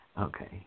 Okay